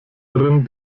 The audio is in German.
darin